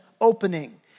opening